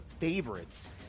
favorites